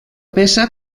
peça